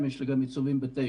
יש לי גם יישובים ב-9,